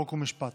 חוק ומשפט.